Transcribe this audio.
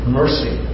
mercy